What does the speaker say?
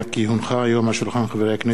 כי הונחו היום על שולחן הכנסת,